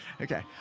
okay